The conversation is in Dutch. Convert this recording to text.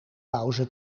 pauze